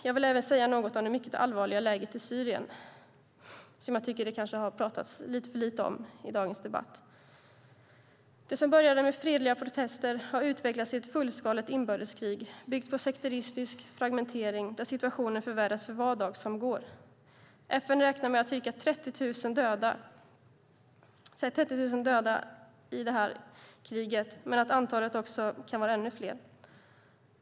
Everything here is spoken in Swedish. Jag vill även säga något om det mycket allvarliga läget i Syrien som jag tycker att det har pratats lite för lite om i dagens debatt. Det som började med fredliga protester har utvecklats till ett fullskaligt inbördeskrig, byggt på sekteristisk fragmentering, där situationen förvärras för var dag som går. FN räknar med ca 30 000 döda i det här kriget, men antalet kan vara ännu större.